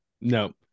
No